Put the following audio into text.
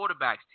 quarterbacks